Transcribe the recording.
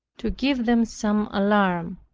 to give them some alarm